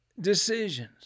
decisions